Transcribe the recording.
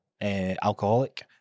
alcoholic